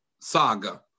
saga